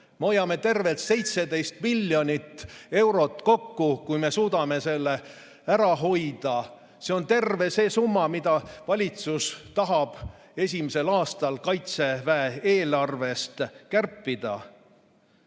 Me hoiame tervelt 17 miljonit eurot kokku, kui me suudame selle ära hoida. See on terve see summa, mida valitsus tahab esimesel aastal Kaitseväe eelarvest kärpida.